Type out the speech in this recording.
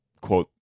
quote